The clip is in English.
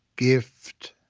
gift,